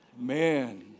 Man